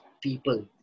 people